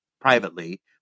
privately